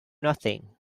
nothing